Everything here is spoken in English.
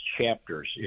chapters